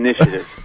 Initiative